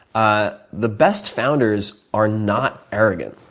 ah the best founders are not arrogant.